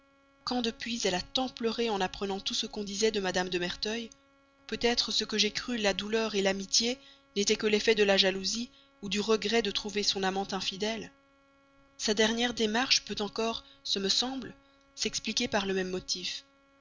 quand depuis elle a tant pleuré en apprenant tout ce qu'on disait de mme de merteuil peut-être ce que j'ai cru la douleur de l'amitié n'était que l'effet de la jalousie ou du regret de trouver son amant infidèle sa dernière démarche peut encore ce me semble s'expliquer par le même motif